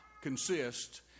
consist